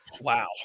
Wow